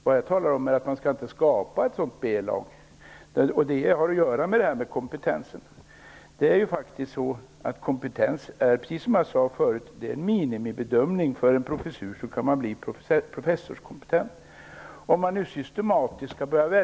Vad jag talat om är att man inte skall skapa ett sådant B-lag. Precis som jag sade tidigare krävs en viss minimikompetens av en professor.